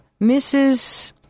Mrs